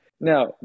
Now